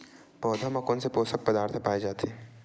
पौधा मा कोन से पोषक पदार्थ पाए जाथे?